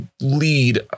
lead